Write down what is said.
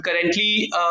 currently